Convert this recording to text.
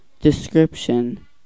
description